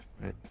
Right